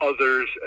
others